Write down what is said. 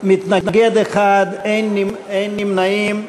מתנגד אחד, אין נמנעים.